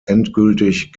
endgültig